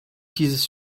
dieses